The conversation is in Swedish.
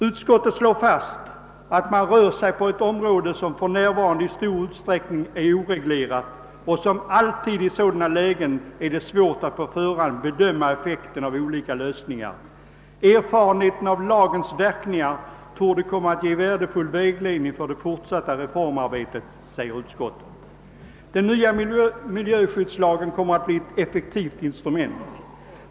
Utskottet slår fast att man här rör sig på ett område som i stor utsträckning är oreglerat och så som alltid i sådana lägen är det svårt att på förhand bedöma effekten av olika lösningar. Erfarenheten av lagens verkningar torde komma att ge värdefull vägledning för det fortsatta reformarbetet, säger utskottet. Den nya miljöskyddslagen kommer att bli ett effektivt instrument.